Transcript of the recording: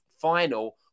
final